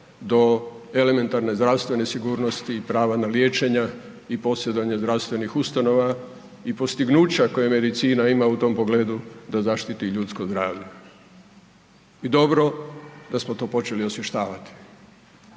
do elementarne zdravstvene sigurnosti i prava na liječenje i … zdravstvenih ustanova i postignuća koje medicina ima u tom pogledu da zaštiti ljudsko zdravlje. I dobro da smo to počeli osvještavati,